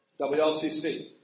WLCC